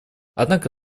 однако